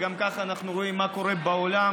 וגם ככה אנחנו רואים מה קורה בעולם,